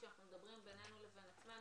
כשאנחנו מדברים בינינו לבין עצמנו,